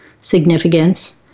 significance